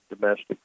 domestic